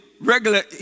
regular